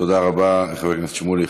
תודה רבה, חבר הכנסת שמולי.